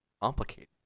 complicated